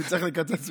אני צריך לקצץ,